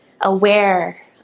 aware